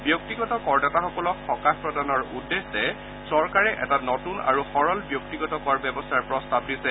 ব্যক্তিগত কৰদাতাসকলক সকাহ প্ৰদানৰ উদ্দেশ্যে চৰকাৰে এটা নতুন আৰু সৰল ব্যক্তিগত কৰ ব্যৱস্থাৰ প্ৰস্তাৱ দিছে